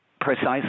Precisely